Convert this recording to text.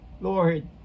Lord